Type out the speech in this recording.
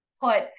put